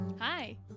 Hi